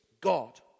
God